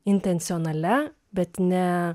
intencionalia bet ne